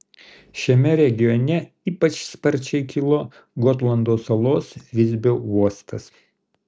šiame regione ypač sparčiai kilo gotlando salos visbio uostas